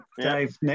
Dave